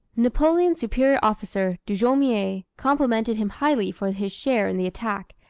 napoleon's superior officer, dugommier complimented him highly for his share in the attack,